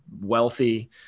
wealthy